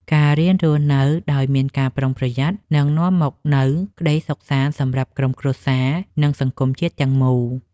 ការរៀនរស់នៅដោយមានការប្រុងប្រយ័ត្ននឹងនាំមកនូវក្តីសុខសាន្តសម្រាប់ក្រុមគ្រួសារ និងសង្គមជាតិទាំងមូល។